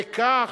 בכך,